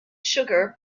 sugar